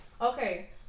Okay